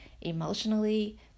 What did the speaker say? emotionally